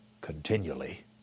continually